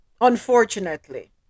Unfortunately